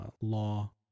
law